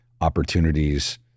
opportunities